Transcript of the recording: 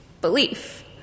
belief